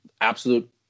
absolute